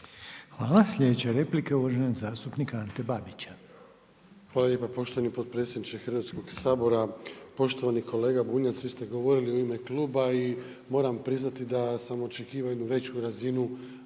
Hvala. Sljedeća replika, uvaženog zastupnika Ante Babića. **Babić, Ante (HDZ)** Hvala lijepa poštovani potpredsjedniče Hrvatskog sabora. Poštovani kolega Bunjac vi ste govorili u ime kluba i moram priznati da sam očekivao jednu veću razinu